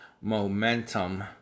Momentum